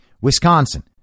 Wisconsin